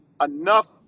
enough